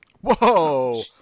Whoa